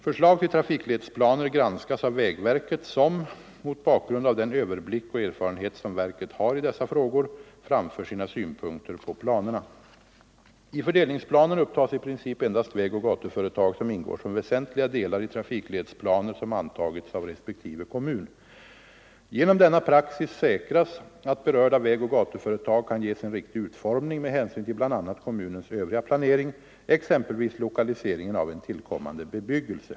Förslag till trafikledsplaner granskas av vägverket som, mot bakgrund av den överblick och erfarenhet som verket har i dessa frågor, framför sina synpunkter på planerna. I fördelningsplanen upptas i princip endast vägoch gatuföretag som ingår som väsentliga delar i trafikledsplaner som antagits av respektive kommun. Genom denna praxis säkras att berörda vägoch gatuföretag kan ges en riktig utformning med hänsyn till bl.a. kommunens övriga — Nr 128 planering, exempelvis lokaliseringen av en tillkommande bebyggelse.